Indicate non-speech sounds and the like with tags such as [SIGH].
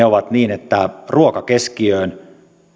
[UNINTELLIGIBLE] ovat ruoka keskiöön